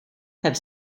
have